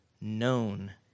known